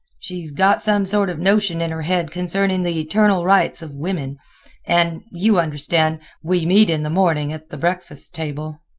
she's got some sort of notion in her head concerning the eternal rights of women and you understand we meet in the morning at the breakfast table.